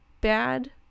bad